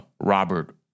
Robert